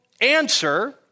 answer